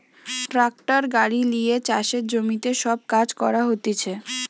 tractor গাড়ি লিয়ে চাষের জমিতে সব কাজ করা হতিছে